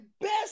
best